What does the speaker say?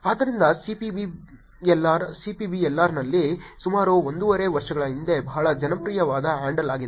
ಆದ್ದರಿಂದ CPBLR CPBLR ನಲ್ಲಿ ಸುಮಾರು ಒಂದೂವರೆ ವರ್ಷಗಳ ಹಿಂದೆ ಬಹಳ ಜನಪ್ರಿಯವಾದ ಹ್ಯಾಂಡಲ್ ಆಗಿದೆ